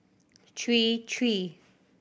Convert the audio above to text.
three three